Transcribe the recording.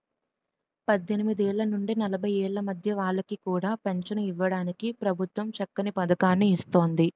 పద్దెనిమిదేళ్ల నుండి నలభై ఏళ్ల మధ్య వాళ్ళకి కూడా పెంచను ఇవ్వడానికి ప్రభుత్వం చక్కని పదకాన్ని ఇస్తోంది